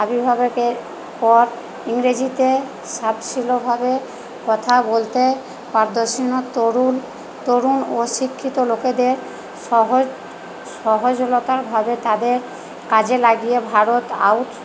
আবির্ভাবেকের পর ইংরেজিতে ভাবে কথা বলতে পারদর্শী তরুণ তরুণ ও শিক্ষিত লোকেদের সহজ সহজলতাভাবে তাদের কাজে লাগিয়ে ভারত আউট